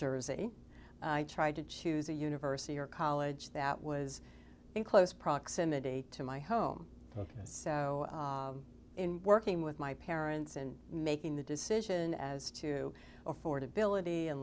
jersey i tried to choose a university or college that was in close proximity to my home ok so in working with my parents and making the decision as to affordability and